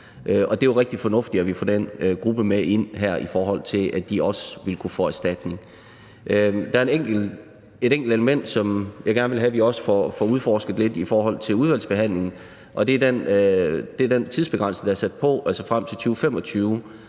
Det er jo rigtig fornuftigt, at vi får den gruppe med ind her, så de også vil kunne få erstatning. Der er et enkelt element, som jeg gerne vil have at vi også får udforsket lidt i udvalgsbehandlingen, og det er den tidsbegrænsning, der er sat på, altså frem til 2025.